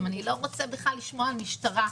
אני לא רוצה בכלל לשמוע על משטרה,